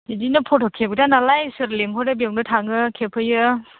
बिदिनो फट' खेबग्रा नालाय सोर लेंहरो बेयावनो थाङो खेबहैयो